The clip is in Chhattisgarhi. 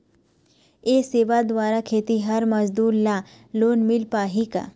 ये सेवा द्वारा खेतीहर मजदूर ला लोन मिल पाही का?